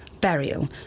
burial